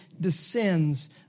descends